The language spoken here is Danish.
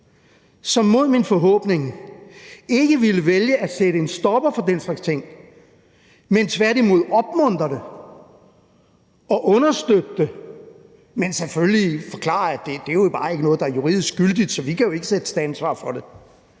som imod min forhåbning ikke ville vælge at sætte en stopper for den slags ting, men som tværtimod opmuntrer det og understøtter det, men som selvfølgelig forklarer, at det bare ikke er noget, der er juridisk gyldigt, så de kan jo ikke drages til ansvar for det,